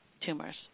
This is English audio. tumors